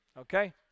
Okay